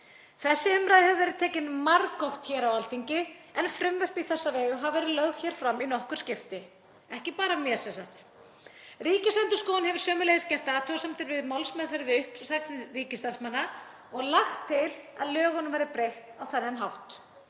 Þessi umræða hefur verið tekin margoft hér á Alþingi en frumvörp í þessa veru hafa verið lögð hér fram í nokkur skipti, ekki bara af mér sem sagt. Ríkisendurskoðun hefur sömuleiðis gert athugasemdir við málsmeðferð við uppsagnir ríkisstarfsmanna og lagt til að lögunum verði breytt á þennan hátt.